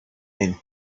and